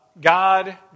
God